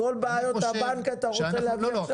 את כל בעיות הבנק אתה רוצה להביא עכשיו?